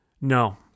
No